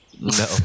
no